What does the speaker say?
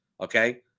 okay